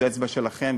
זו אצבע שלכם,